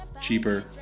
cheaper